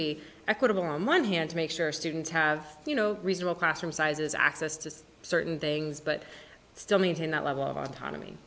be equitable on one hand to make sure students have you know reasonable classroom sizes access to certain things but still maintain that level of autonomy